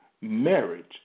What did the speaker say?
marriage